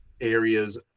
areas